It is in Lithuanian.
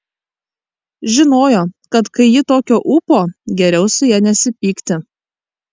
žinojo kad kai ji tokio ūpo geriau su ja nesipykti